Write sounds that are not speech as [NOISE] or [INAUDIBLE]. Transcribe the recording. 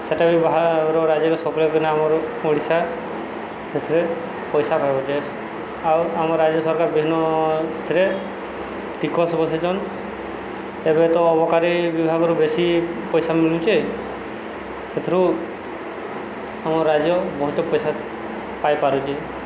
ସେଟା ବି ବାହାର ରାଜ୍ୟର [UNINTELLIGIBLE] ଆମର ଓଡ଼ିଶା ସେଥିରେ ପଇସା ପାଇଛି ଆଉ ଆମ ରାଜ୍ୟ ସରକାର ବିଭିନ୍ନଥିରେ ଟିକସ ବସେଇଛନ୍ତି ଏବେ ତ ଅବକାରି ବିଭାଗରୁ ବେଶୀ ପଇସା ମିଳୁଛି ସେଥିରୁ ଆମ ରାଜ୍ୟ ବହୁତ ପଇସା ପାଇପାରୁଛି